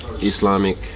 Islamic